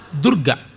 Durga